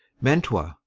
mantua.